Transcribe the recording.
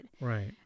Right